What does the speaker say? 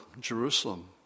Jerusalem